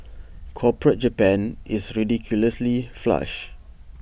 corporate Japan is ridiculously flush